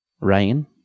Ryan